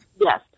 Yes